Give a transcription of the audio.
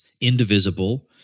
indivisible